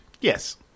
Yes